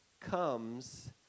comes